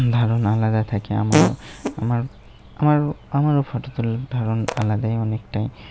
ধারণ আলাদা থাকে আমারও আমার আমারও আমারও ফটো তোলার ধারণ আলাদাই অনেকটাই